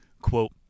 Quote